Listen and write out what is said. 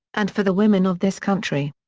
and for the women of this country.